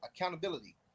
Accountability